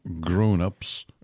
grown-ups